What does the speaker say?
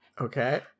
Okay